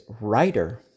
writer